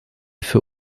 für